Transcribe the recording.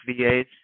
VAs